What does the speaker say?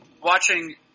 watching